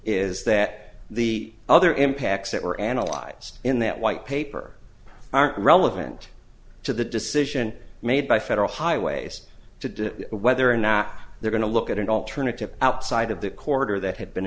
is that the other impacts that were analyzed in that white paper aren't relevant to the decision made by federal highways to do whether or not they're going to look at an alternative outside of the quarter that had been